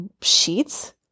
sheets